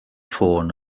ffôn